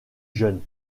jeunes